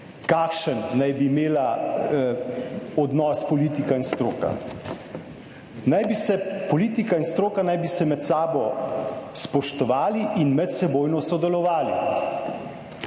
kakšen naj bi imela odnos politika in stroka. Naj bi se politika in stroka naj bi se med sabo spoštovali in medsebojno sodelovali.